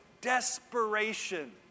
desperation